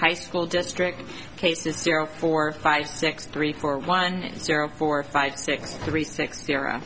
high school district cases zero four five six three four one zero four five six three six zero